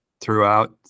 throughout